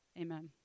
amen